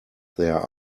there